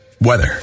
Weather